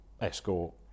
Escort